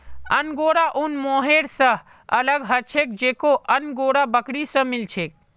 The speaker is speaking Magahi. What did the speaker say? अंगोरा ऊन मोहैर स अलग ह छेक जेको अंगोरा बकरी स मिल छेक